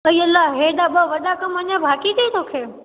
अई अला हे ॾाढा वॾा कम अञा बाक़ी अथई तोखे